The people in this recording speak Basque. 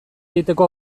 egiteko